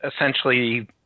essentially